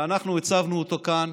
ואנחנו הצבנו אותו כאן